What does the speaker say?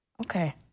Okay